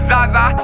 Zaza